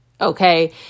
okay